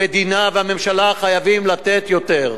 המדינה והממשלה חייבות לתת יותר.